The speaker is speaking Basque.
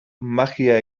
magia